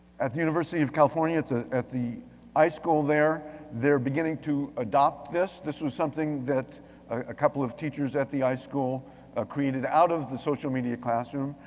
at the university of california, california, at the i school there, they're beginning to adopt this. this was something that a couple of teachers at the i school ah created out of the social media classroom.